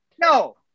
No